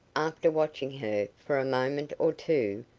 after watching her for a moment or two,